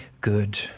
good